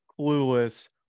clueless